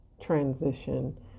transition